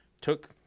took